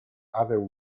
other